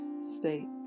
state